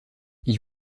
ils